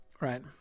Right